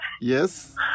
yes